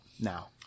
now